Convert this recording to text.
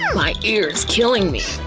so my ear's killin' me,